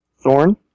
Thorn